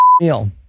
meal